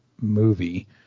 movie